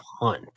hunt